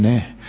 Ne.